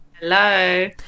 Hello